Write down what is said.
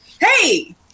Hey